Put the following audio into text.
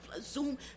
Zoom